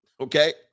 Okay